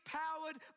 powered